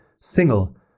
single